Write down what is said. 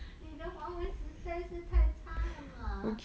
你的华文实在是太差了吗